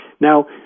Now